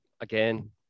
again